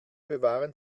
bewahren